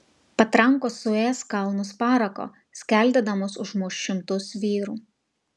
patrankos suės kalnus parako skeldėdamos užmuš šimtus vyrų